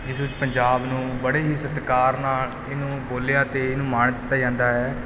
ਜਿਸ ਵਿੱਚ ਪੰਜਾਬ ਨੂੰ ਬੜੇ ਹੀ ਸਤਿਕਾਰ ਨਾਲ ਇਹਨੂੰ ਬੋਲਿਆ ਅਤੇ ਇਹਨੂੰ ਮਾਣ ਦਿੱਤਾ ਜਾਂਦਾ ਹੈ